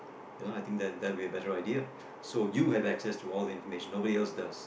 you know I think that that would be a better idea so you have excess to all the information nobody else does